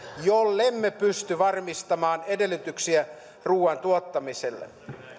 jollemme pysty varmistamaan edellytyksiä ruoan tuottamiselle